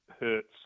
hurts